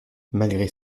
malgré